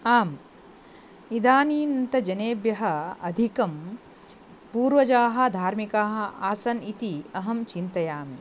आम् इदानीन्तनजनेभ्यः अधिकं पूर्वजाः धार्मिकाः आसन् इति अहं चिन्तयामि